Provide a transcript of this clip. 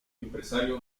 empresario